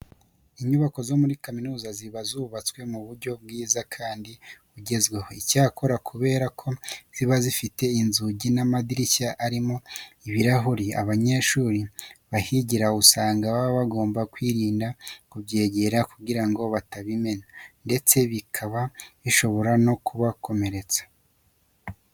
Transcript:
Inyubako zo muri kaminuza ziba zubatswe mu buryo bwiza kandi bugezweho. Icyakora kubera ko ziba zifite inzugi n'amadirishya arimo ibirahure, abanyeshuri bahigira usanga baba bagomba kwirinda kubyegera kugira ngo batabimena ndetse bikaba bishobora no kubakomeretsa.